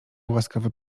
łaskawy